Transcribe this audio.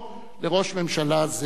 זה לראש ממשלה זה או אחר.